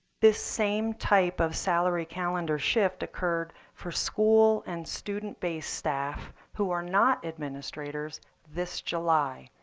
this same type of salary calendar shift occurred for school and student based staff who are not administrators this july.